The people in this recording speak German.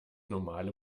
normale